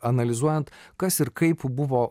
analizuojant kas ir kaip buvo